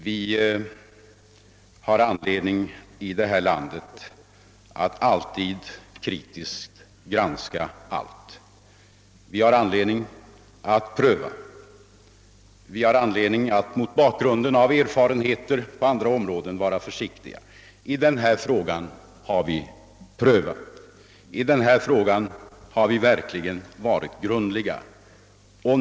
Vi har i detta land anledning att alltid kritiskt granska allt. Vi har anledning att pröva. Vi har anledning att, mot bakgrunden av erfarenheter på andra områden, vara försiktiga. I denna fråga har vi prövat. I denna fråga har vi verkligen varit grundliga.